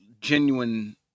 genuine